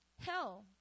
Hell